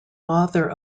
author